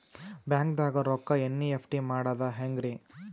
ಬ್ಯಾಂಕ್ದಾಗ ರೊಕ್ಕ ಎನ್.ಇ.ಎಫ್.ಟಿ ಮಾಡದ ಹೆಂಗ್ರಿ?